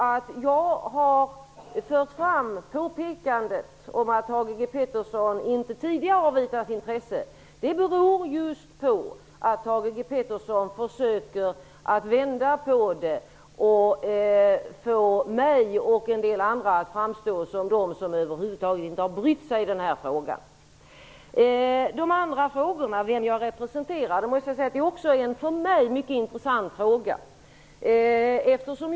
Att jag har fört fram påpekandet att Thage G Peterson inte tidigare visat intresse beror just på att Thage G Peterson försöker att vända på det hela för att få mig och en del andra att framstå som dem som över huvud taget inte har brytt sig i denna fråga. Frågan om vem jag representerar är också en för mig mycket intressant fråga.